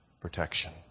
protection